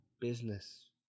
Business